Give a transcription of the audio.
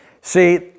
See